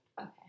Okay